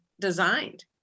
designed